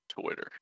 Twitter